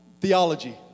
theology